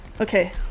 Okay